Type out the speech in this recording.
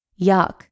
Yuck